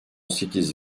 sekiz